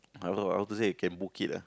how to say can book it lah